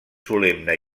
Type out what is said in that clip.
solemne